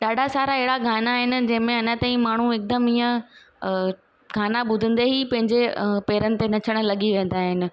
ॾाढा सारा अहिड़ा गाना आहिनि जंहिंमें अञा ताईं माण्हू हिकदमि हीअं गाना ॿुधंदे ई पंहिंजे पेरनि ते नचण लॻी वेंदा आहिनि